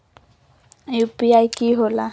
UPI कि होला?